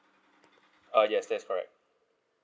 uh yes that's correct